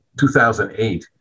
2008